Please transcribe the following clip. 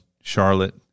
Charlotte